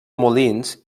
molins